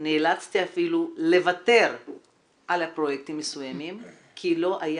נאלצתי לוותר על פרויקטים מסוימים כי לא היה